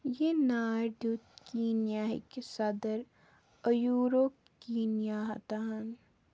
یہِ نار دیُت کیٖنیاہِکہِ صدٕر أیوٗرو کیٖنیاہَتاہن